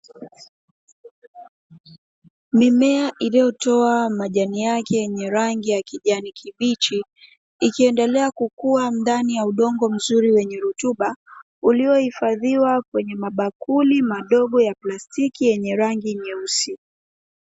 Mimea iliyotoa majani yake yenye rangi ya kijani kibichi, ikiendelea kukua ndani ya udongo mzuri wenye rutuba, uliohifadhiwa kwenye mabakuli madogo ya plastiki yenye rangi nyeusi.